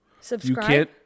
Subscribe